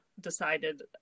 decided